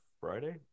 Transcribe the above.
Friday